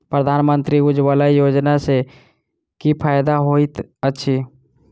प्रधानमंत्री उज्जवला योजना सँ की फायदा होइत अछि?